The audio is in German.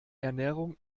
ernährung